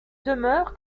demeure